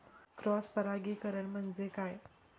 Cross परागीकरण म्हणजे काय?